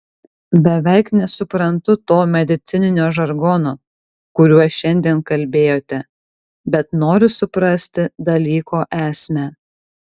beveik nesuprantu to medicininio žargono kuriuo šiandien kalbėjote bet noriu suprasti dalyko esmę